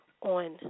on